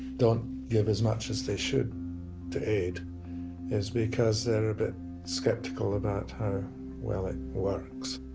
don't give as much as they should to aid is because they're a bit skeptical about how well it works,